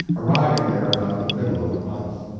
arriving there about the middle of the month.